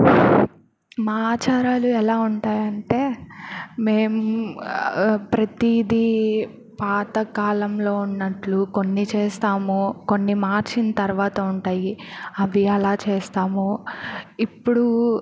మా ఆచారాలు ఎలా ఉంటాయంటే మేము ప్రతీదీ పాత కాలంలో ఉన్నట్టు కొన్ని చేస్తాము కొన్ని మార్చిన తర్వాత ఉంటాయి అవి అలా చేస్తాము ఇప్పుడు